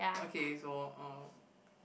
okay so um